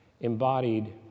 embodied